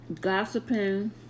Gossiping